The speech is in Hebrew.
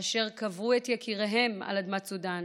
אשר קברו את יקיריהן על אדמת סודן